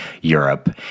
Europe